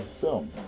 film